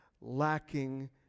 lacking